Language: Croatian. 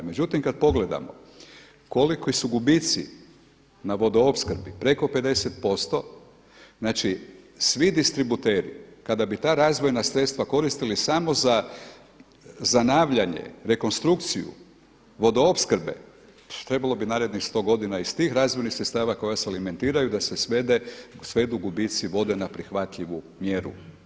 Međutim, kad pogledamo koliki su gubitci na vodoopskrbi, preko 50 posto, znači svi distributeri kada bi ta razvojna sredstva koristili samo za zanavljanje, rekonstrukciju vodoopskrbe, trebalo bi narednih sto godina iz tih razvojnih sredstava koja se alimentiraju da se svedu gubitci vode na prihvatljivu mjeru.